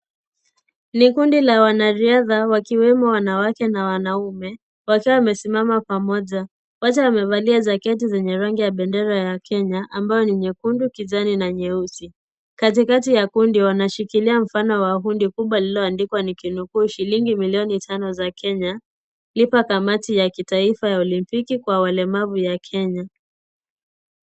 Ni kundi la wanariadha wakiwemo wanawake na wanaume wakiwa wamesimama pamoja. Wote wamevalia jateti zenye rangi ya bendera ya Kenya ambayo ni nyekundu, kijani na nyeusi. Katikati ya kundi wanashikilia mfano wa hundi kubwa lililoandikwa nikinukuu, shilingi milioni tano za Kenya. Lipa kamati ya kitaifa ya olimpiki kwa walemavu ya Kenya.